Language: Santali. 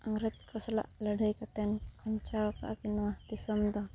ᱤᱝᱨᱮᱡᱽ ᱠᱚ ᱥᱟᱞᱟᱜ ᱞᱟᱹᱲᱦᱟᱹᱭ ᱠᱟᱛᱮᱫ ᱵᱟᱧᱪᱟᱣ ᱟᱠᱟᱫᱟᱠᱤᱱ ᱫᱤᱥᱚᱢ ᱫᱚ